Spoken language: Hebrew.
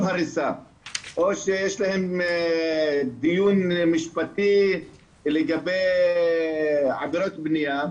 הריסה או שיש להם דיון משפטי לגבי אגרות בנייה,